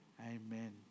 Amen